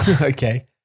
Okay